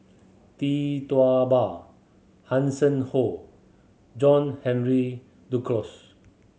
Tee Tua Ba Hanson Ho John Henry Duclos